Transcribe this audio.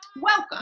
welcome